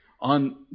on